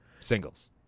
singles